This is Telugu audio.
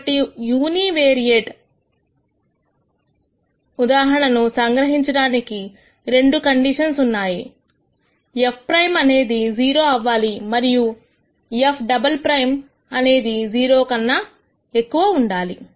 కాబట్టి యూనివేరియేట్ ఉదాహరణ ను సంగ్రహించడానికి రెండు కండిషన్స్ ఉన్నాయి f ప్రైమ్ అనేది 0 అవ్వాలి మరియు f డబల్ ప్రైమ్ అనేది 0 కన్నా ఎక్కువ ఉండాలి